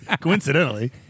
coincidentally